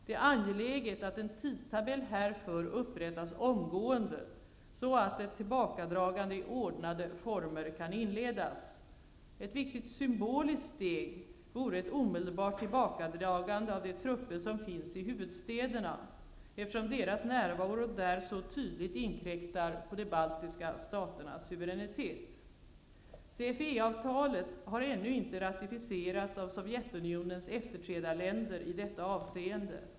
Det är angeläget att en tidtabell härför upprättas omgående, så att ett tillbakadragande i ordnade former kan inledas. Ett viktigt symboliskt steg vore ett omedelbart tillbakadragande av de trupper som finns i huvudstäderna, eftersom deras närvaro där så tydligt inkräktar på de baltiska staternas suveränitet. CFE-avtalet har ännu inte ratificerats av Sovjetunionens efterträdarländer i detta avseende.